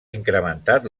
incrementat